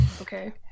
Okay